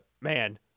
man